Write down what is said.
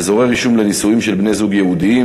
3) (אזורי רישום לנישואין של בני-זוג יהודים),